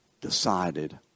decided